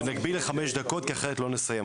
ונגביל לחמש דקות כי אחרת לא נסיים.